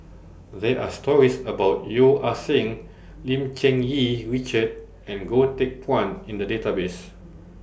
There Are stories about Yeo Ah Seng Lim Cherng Yih Richard and Goh Teck Phuan in The Database